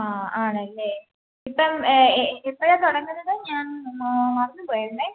ആ ആണല്ലേ ഇപ്പം ഏ എപ്പഴാ തുടങ്ങുന്നത് ഞാൻ മറന്ന് പോയായിരുന്നെ